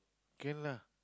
can lah